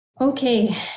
Okay